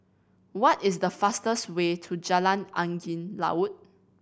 what is the fastest way to Jalan Angin Laut